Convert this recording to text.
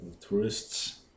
tourists